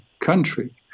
country